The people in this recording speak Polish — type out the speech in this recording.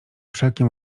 wszelkie